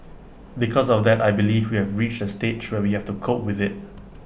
because of that I believe we have reached A stage where we have to cope with IT